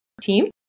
team